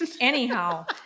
anyhow